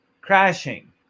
crashing